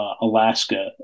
Alaska